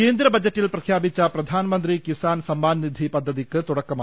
കേന്ദ്ര ബജറ്റിൽ പ്രഖ്യാപിച്ച പ്രധാൻമന്ത്രി കിസാൻസമ്മാൻ നിധി പദ്ധതിക്ക് തുടക്കമായി